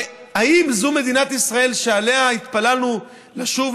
האם זאת מדינת ישראל שאליה התפללנו לשוב,